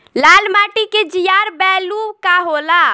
लाल माटी के जीआर बैलू का होला?